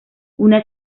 una